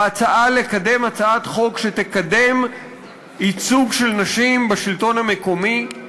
בהצעה לקדם הצעת חוק שתקדם ייצוג של נשים בשלטון המקומי,